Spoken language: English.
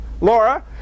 Laura